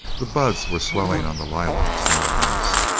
the buds were swelling on the lilacs near the house,